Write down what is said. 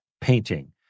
painting